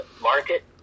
market